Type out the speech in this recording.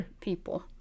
people